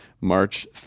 March